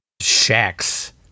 shacks